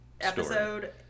episode